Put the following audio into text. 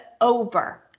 over